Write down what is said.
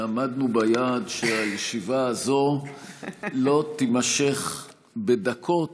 עמדנו ביעד שהישיבה הזאת לא תימשך בדקות